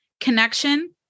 connection